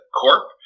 corp